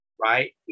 right